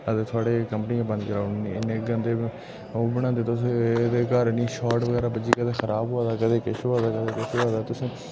अगर थुआढ़ी कम्पनी गै बंद कराई ओड़नी इन्नै गंदे ओह् बनांदे तुस ते घर आह्नियै शाट बगैरा बज्जियै ते कदें खराब होआ दे ते कदें किश होआ दा कदें किश होआ दा तुसें